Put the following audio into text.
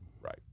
Right